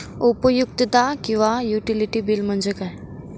उपयुक्तता किंवा utility bill म्हणजे काय?